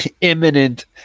imminent